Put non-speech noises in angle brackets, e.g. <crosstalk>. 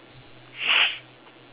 <noise>